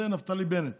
זה נפתלי בנט